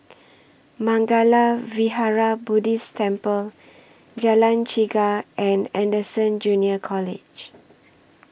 Mangala Vihara Buddhist Temple Jalan Chegar and Anderson Junior College